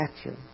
statue